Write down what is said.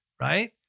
right